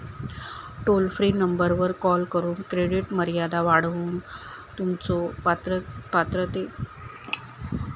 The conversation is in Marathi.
टोल फ्री नंबरवर कॉल करून क्रेडिट मर्यादा वाढवूक तुमच्यो पात्रतेबाबत कस्टमर केअर एक्झिक्युटिव्हशी संपर्क करा